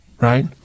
right